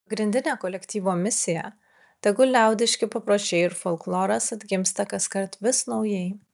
pagrindinė kolektyvo misija tegul liaudiški papročiai ir folkloras atgimsta kaskart vis naujai